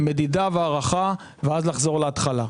מדידה והערכה ואז חזרה להתחלה.